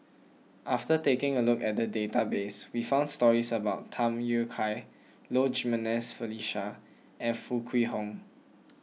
After taking a look at the database we found stories about Tham Yui Kai Low Jimenez Felicia and Foo Kwee Horng